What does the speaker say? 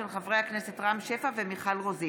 של חברי הכנסת רם שפע ומיכל רוזין.